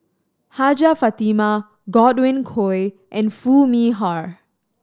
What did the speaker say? Hajjah Fatimah Godwin Koay and Foo Mee Har